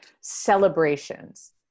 Celebrations